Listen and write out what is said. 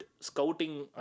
scouting